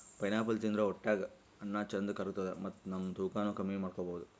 pineapple ತಿಂದ್ರ್ ಹೊಟ್ಟ್ಯಾಗ್ ಅನ್ನಾ ಚಂದ್ ಕರ್ಗತದ್ ಮತ್ತ್ ನಮ್ ತೂಕಾನೂ ಕಮ್ಮಿ ಮಾಡ್ಕೊಬಹುದ್